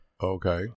Okay